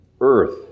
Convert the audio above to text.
earth